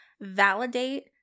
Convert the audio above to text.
validate